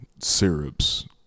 syrups